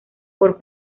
por